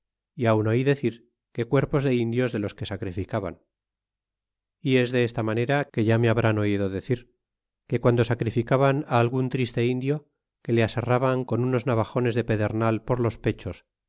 y aun oí decir que cuerpos de indios de los que sacrificaban y es de esta manera que ya me habrn oído decir que guando sacrificaban algun triste indio que le aserraban con unos navajones de pedernal por los pechos